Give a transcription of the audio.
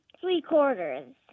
three-quarters